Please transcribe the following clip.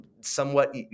somewhat